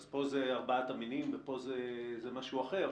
אז פה זה ארבעת המינים ופה זה משהו אחר.